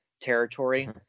territory